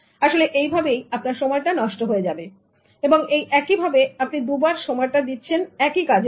আসলে এই ভাবেই আপনার সময়টা নষ্ট হয়ে যাবে এবং এই একই ভাবে আপনি দুবার সময়টা দিচ্ছেন একই কাজের জন্য